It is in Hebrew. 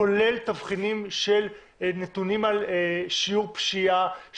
כולל תבחינים של נתונים על שיעור פשיעה,